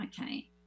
okay